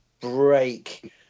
break